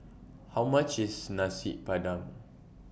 How much IS Nasi Padang